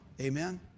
Amen